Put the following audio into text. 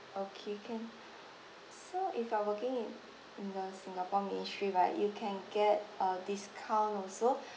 okay can so if you're working in the singapore ministry right you can get a discount also